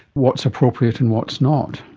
what's appropriate and what's not?